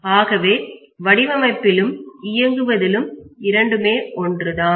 ஆகவே வடிவமைப்பிலும் இயங்குவதிலும் இரண்டுமே ஒன்றுதான்